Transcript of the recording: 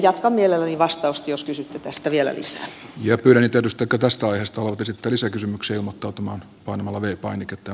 jatkan mielelläni vastausta jos kysytte tästä vielä lisää ja tyylitellystäkö tästä aiheesta valtasi toisen kysymyksen muotoutumaan panemalla vei painiketta